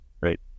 right